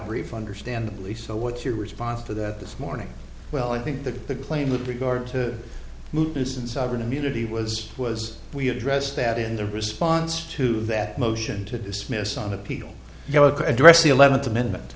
brief understandably so what's your response to that this morning well i think that the claim with regard to move this in sovereign immunity was was we addressed that in the response to that motion to dismiss on appeal go to address the eleventh amendment